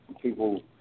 People